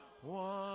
one